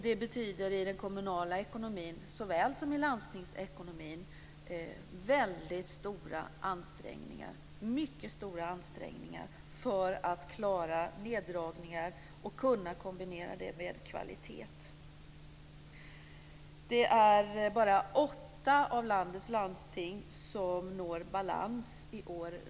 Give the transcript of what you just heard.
Det betyder i den kommunala ekonomin såväl som i landstingsekonomin väldigt stora ansträngningar för att klara neddragningar och kunna kombinera dem med kvalitet. Det är bara åtta av landets landsting som når balans i år.